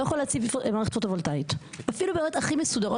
אתה לא יכול להציב מערכת פוטו-וולטאית אפילו בעיריות הכי מסודרות,